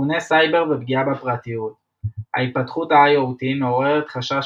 סיכוני סייבר ופגיעה בפרטיות התפתחות ה-IoT מעוררת חשש